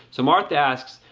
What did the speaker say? so martha asks,